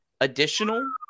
additional